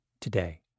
today